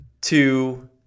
two